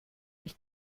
ich